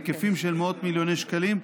בהיקפים של מאות מיליוני שקלים,